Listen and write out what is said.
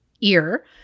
ear